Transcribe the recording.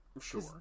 Sure